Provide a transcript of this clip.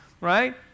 right